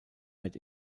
night